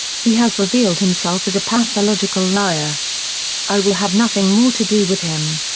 he has revealed himself as a pathological liar i will have nothing more to do with him.